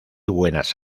buenas